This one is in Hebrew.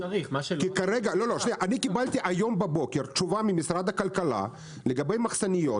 אני קיבלתי היום בבוקר תשובה ממשרד הכלכלה לגבי מחסניות,